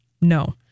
No